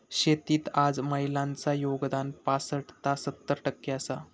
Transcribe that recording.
शेतीत आज महिलांचा योगदान पासट ता सत्तर टक्के आसा